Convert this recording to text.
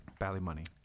Ballymoney